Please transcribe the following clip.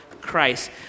Christ